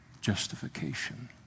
justification